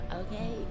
okay